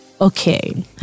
okay